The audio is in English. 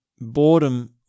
boredom